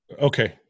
okay